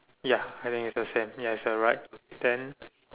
ya I think is the same ya it's the right then